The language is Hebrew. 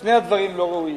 ושני הדברים לא ראויים.